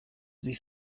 sie